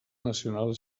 nacional